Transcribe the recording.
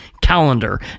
calendar